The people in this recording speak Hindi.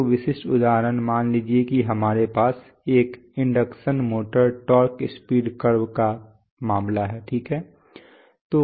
तो विशिष्ट उदाहरण मान लीजिए कि हमारे पास एक induction motor torque speed curve का मामला है ठीक है